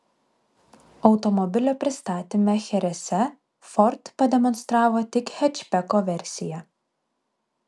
automobilio pristatyme cherese ford pademonstravo tik hečbeko versiją